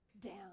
down